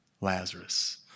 Lazarus